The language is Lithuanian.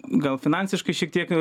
gal finansiškai šiek tiek